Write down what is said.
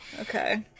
Okay